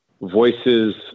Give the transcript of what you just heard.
voices